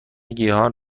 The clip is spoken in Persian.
گیاهان